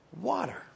water